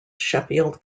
sheffield